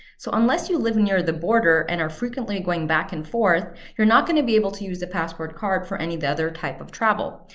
so unless you live near the border and are frequently going back and forth, you're not going to be able to use the passport card for any of the other type of travel.